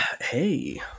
Hey